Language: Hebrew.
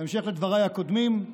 בהמשך לדבריי הקודמים,